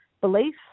belief